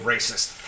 Racist